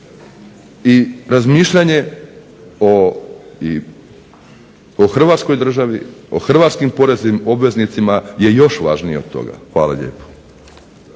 i razmišljanje o Hrvatskoj državi, o hrvatskim poreznim obveznicima je još važnije od toga. Hvala.